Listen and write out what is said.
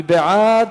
מי בעד,